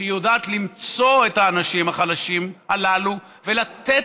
היא שהיא יודעת למצוא את האנשים החלשים הללו ולתת